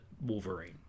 Wolverine